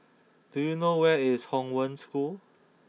do you know where is Hong Wen School